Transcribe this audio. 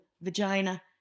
vagina